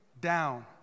down